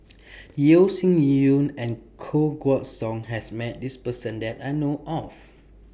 Yeo Shih Yun and Koh Guan Song has Met This Person that I know of